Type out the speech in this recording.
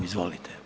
Izvolite.